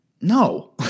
no